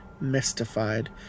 mystified